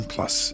Plus